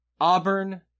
Auburn